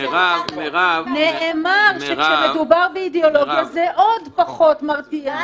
--- נאמר שכשמדובר באידיאולוגיה זה עוד פחות מרתיע,